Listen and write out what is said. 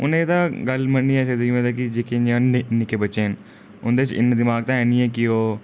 हून एह्दा गल्ल मन्नी लैह्चे जि'यां मतलब कि जेह्के न्यानें निक्के बच्चे न उं'दे च इन्ना दमाग ते है निं कि ओह्